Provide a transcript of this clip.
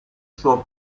suo